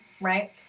right